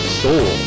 soul